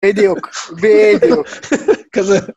בדיוק, בדיוק. כזה